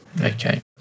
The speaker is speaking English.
Okay